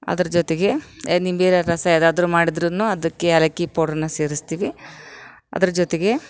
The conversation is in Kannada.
ಅದ್ರ್ ಜೊತ್ಗೆ ನಿಂಬೆ ರ ರಸ ಇದೆ ಅದ್ರ ಮಾಡಿದ್ರು ಅದಕ್ಕೆ ಯಾಲಕ್ಕಿ ಪೌಡರನ್ನ ಸೇರಿಸ್ತೀವಿ ಅದ್ರ ಜೊತೆಗೆ